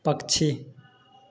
पक्षी